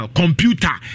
computer